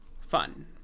fun